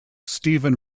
stephen